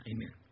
Amen